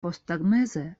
posttagmeze